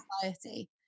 society